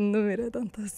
numirė tas